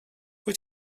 wyt